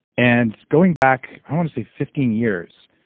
and going back i want to say fifteen years,